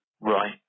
Right